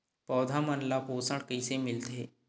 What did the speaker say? पौधा मन ला पोषण कइसे मिलथे?